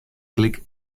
klik